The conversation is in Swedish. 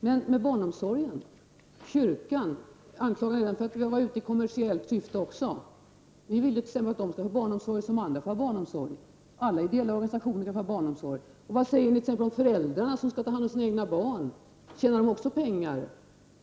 Men anklagar ni även kyrkan för att vara ute i kommersiellt syfte när det gäller barnomsorgen? Vi vill att kyrkan som andra skall få anordna barnomsorg. Alla ideella organisationer skall få anordna barnomsorg. Vad säger ni t.ex. om föräldrarna som skall ta hand om sina egna barn? Tjänar de också pengar?